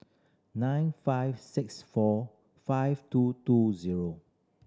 nine five six four five two two zero